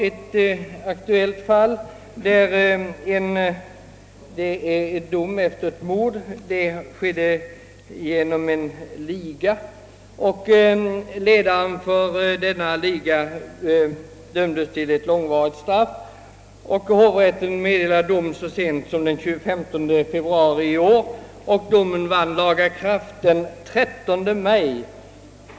Ett aktuellt fall gäller en dom efter ett mord. Mordet förövades genom en liga, och ledaren för denna liga dömdes till ett långvarigt straff. Hovrätten meddelade dom så sent som den 15 februari i år, och domen vann laga kraft den 13 maj.